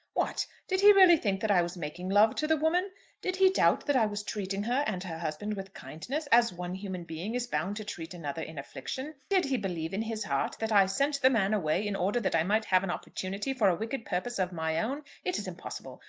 what! did he really think that i was making love to the woman did he doubt that i was treating her and her husband with kindness, as one human being is bound to treat another in affliction did he believe, in his heart, that i sent the man away in order that i might have an opportunity for a wicked purpose of my own? it is impossible.